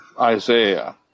Isaiah